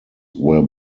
were